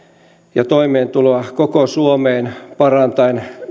ja toimeentuloa koko suomeen parantaen